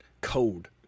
code